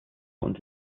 und